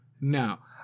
Now